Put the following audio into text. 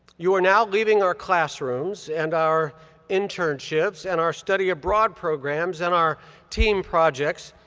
you are now leaving our classrooms and our internships and our study abroad programs and our team projects,